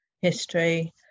history